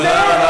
אמרת את זה,